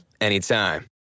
anytime